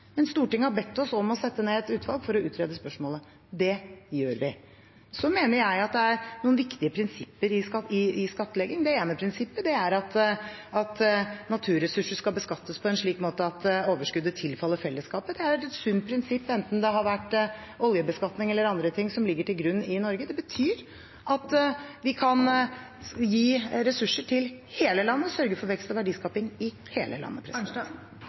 men Stortinget har bedt oss om å sette ned et utvalg for å utrede spørsmålet. Det gjør vi. Så mener jeg at det er noen viktige prinsipper innen skattlegging. Det ene prinsippet er at naturressurser skal beskattes på en slik måte at overskuddet tilfaller fellesskapet. Det er et sunt prinsipp, enten det har vært oljebeskatning eller andre ting som ligger til grunn, i Norge. Det betyr at vi kan gi ressurser til hele landet, sørge for vekst og verdiskaping i hele landet. Marit Arnstad